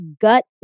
gut